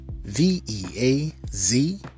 V-E-A-Z